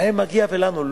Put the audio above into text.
להם מגיע ולנו לא,